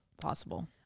possible